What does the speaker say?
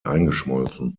eingeschmolzen